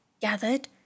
gathered